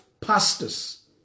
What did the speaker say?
pastors